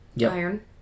Iron